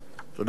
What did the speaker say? תודה רבה.